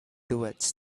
duets